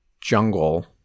jungle